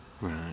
Right